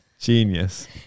Genius